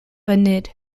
enid